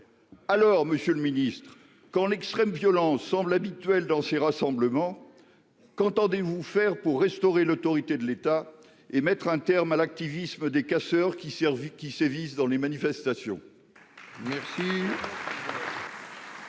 Alors Monsieur le Ministre quand l'extrême violence semble habituel dans ces rassemblements. Qu'entendez-vous faire pour restaurer l'autorité de l'État et mettre un terme à l'activisme des casseurs qui servit qui sévissent dans les manifestations.